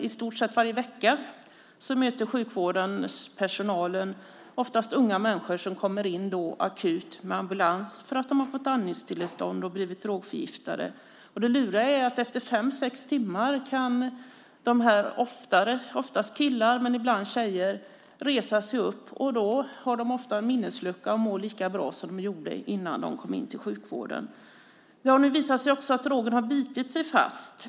I stort sett varje vecka möter sjukvårdspersonalen ofta unga människor som kommer in akut med ambulans för att de har fått andningsstillestånd och blivit drogförgiftade. Det luriga är att efter fem sex timmar kan de, oftast killar men ibland också tjejer, resa sig upp. Då har de ofta en minneslucka men mår lika bra som innan de kom in till sjukhuset. Det har nu visat sig att drogen har bitit sig fast.